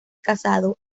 casado